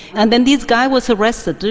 and then this guy was arrested,